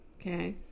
Okay